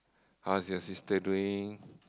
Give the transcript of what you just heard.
how's your sister doing